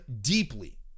deeply